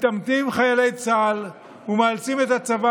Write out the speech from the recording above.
מתעמתים עם חיילי צה"ל ומאלצים את הצבא